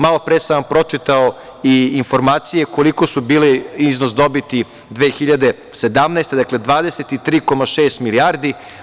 Malo pre sam vam pročitao i informacije koliko su bili iznos dobiti 2017. godine, dakle, 23,6 milijardi.